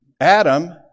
Adam